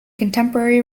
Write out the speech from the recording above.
contemporary